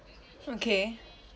okay